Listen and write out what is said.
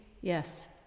yes